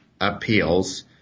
appeals